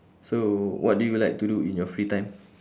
so what do you like to do in your free time